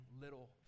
little